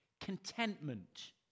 Contentment